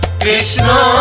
Krishna